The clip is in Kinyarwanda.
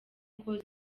koza